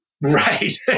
Right